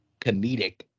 comedic